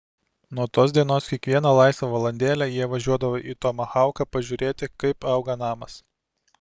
nuo tos dienos kiekvieną laisvą valandėlę jie važiuodavo į tomahauką pažiūrėti kaip auga namas